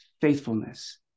faithfulness